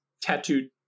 tattooed